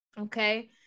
okay